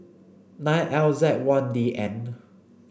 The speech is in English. nine L Z one D N